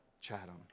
Chatham